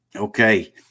Okay